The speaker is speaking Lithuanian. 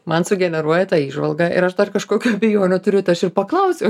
man sugeneruoja tą įžvalgą ir aš dar kažkokių abejonių turiu tai aš ir paklausiu